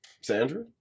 Sandra